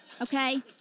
Okay